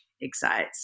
excites